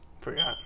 Forgot